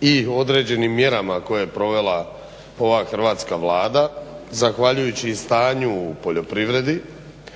i određenim mjerama koje je provela ova Hrvatska vlada, zahvaljujući stanju u poljoprivredi,